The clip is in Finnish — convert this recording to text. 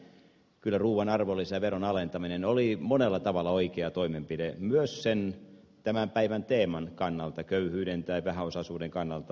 kyllä ruuan arvonlisäveron alentaminen oli monella tavalla oikea toimenpide myös sen tämän päivän teeman köyhyyden tai vähäosaisuuden kannalta